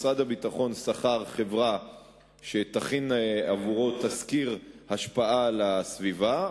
משרד הביטחון שכר חברה שתכין עבורו תסקיר השפעה על הסביבה,